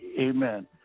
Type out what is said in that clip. amen